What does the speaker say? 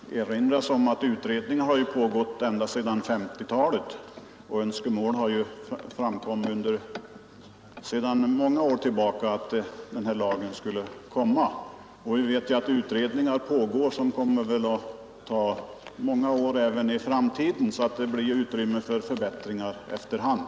Herr talman! Det kan bara erinras om att utredningar har pågått från 1950-talet, och sedan lång tid tillbaka har önskemål framförts om att utredningsresultatet skulle komma till uttryck i Kungl. Maj:ts proposition. De utredningar som pågår kommer att fortsätta sitt arbete under många år framåt. Det blir alltså utrymme för förbättringar efter hand.